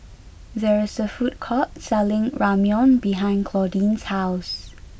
there is a food court selling Ramyeon behind Claudine's house